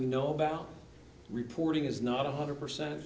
we know about reporting is not one hundred percent